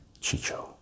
Chicho